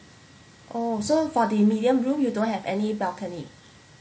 oh so for the medium room you don't have any balcony